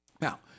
Now